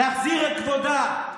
להחזיר את כבודה.